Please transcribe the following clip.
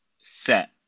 set